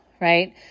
right